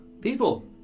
people